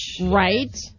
Right